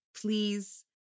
please